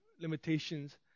limitations